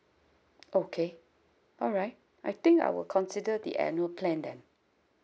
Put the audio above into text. okay alright I think I will consider the annual plan then